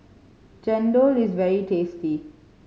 chendol is very tasty